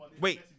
Wait